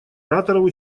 ораторов